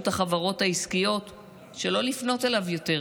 החברות העסקיות שלא לפנות אליו יותר,